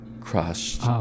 crushed